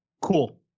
Cool